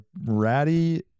ratty